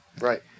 Right